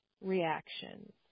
reactions